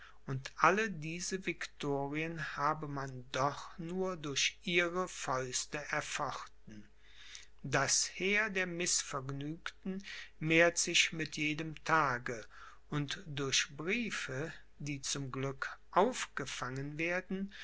und alle diese victorien habe man doch nur durch ihre fäuste erfochten das heer der mißvergnügten mehrt sich mit jedem tage und durch briefe die zum glück aufgefangen werden